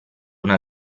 una